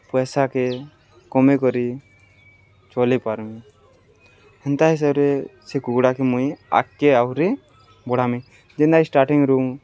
ପଏସାକେ କମେଇ କରି ଚଲେଇ ପାର୍ମି ହେନ୍ତା ହିସାବ୍ରେ ସେ କୁକୁଡ଼ାକେ ମୁଇଁ ଆଗ୍କେ ଆହୁରି ବଢ଼ାମି ଯେନ୍ତା ଷ୍ଟାଟିଂ ରୁ